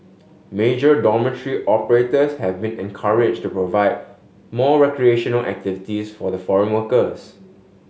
major dormitory operators have been encouraged to provide more recreational activities for the foreign workers